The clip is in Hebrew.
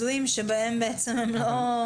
אני מדברת על המקרים הזויים בהם הם לא מורחקים.